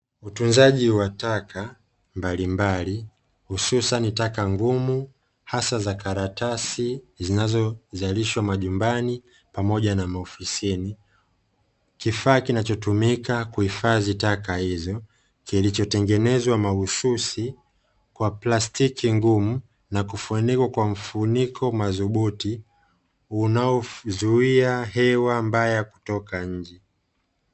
Utunzaji wa taka mbalimbali hususani taka ngumu hasa za karatasi zinazozalishwa majumbani pamoja na maofisini; kifaa kinachotumika kuhifadhi taka hizo kilichotengenezwa mahususi, kwa plastiki ngumu na kufunikwa kwa mfuniko madhubuti unaozuia hewa mbaya kutoka nje.